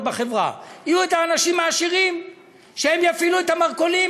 בחברה: יהיו האנשים העשירים שהם יפעילו את המרכולים,